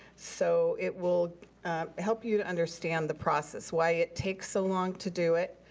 so it will help you to understand the process. why it takes so long to do it.